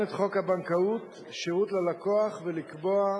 את חוק הבנקאות (שירות ללקוח) ולקבוע כלהלן: